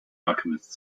alchemist